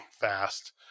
fast